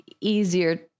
easier